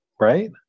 right